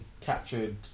captured